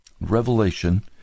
Revelation